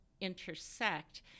intersect